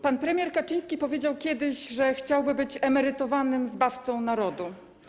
Pan premier Kaczyński powiedział kiedyś, że chciałby być emerytowanym zbawcą narodu.